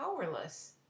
powerless